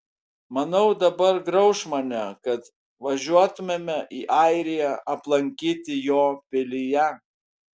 manau dabar grauš mane kad važiuotumėme į airiją aplankyti jo pilyje